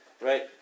right